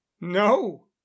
no